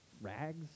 rags